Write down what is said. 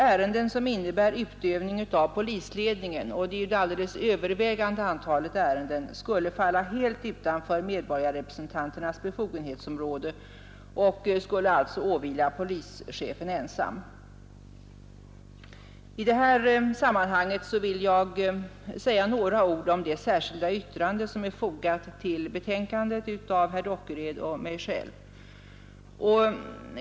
Ärenden som innebär utövning av polisledningen — och de är ju det alldeles övervägande antalet — skulle däremot falla helt utanför medborgarrepresentanternas befogenhetsområde och skulle alltså åvila polischefen ensam. I det här sammanhanget vill jag säga några ord om det särskilda yttrande som är fogat till betänkandet av herr Dockered och mig.